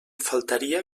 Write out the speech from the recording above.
faltaria